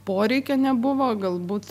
poreikio nebuvo galbūt